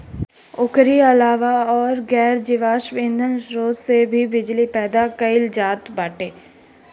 एकरी अलावा अउर गैर जीवाश्म ईधन स्रोत से भी बिजली के पैदा कईल जात बाटे